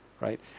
right